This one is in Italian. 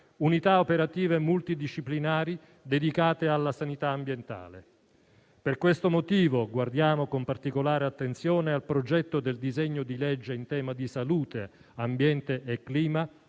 unità operative multidisciplinari dedicate alla sanità ambientale. Per questo motivo guardiamo con particolare attenzione al progetto del disegno di legge in tema di salute, ambiente e clima,